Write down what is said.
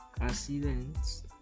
accidents